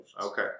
Okay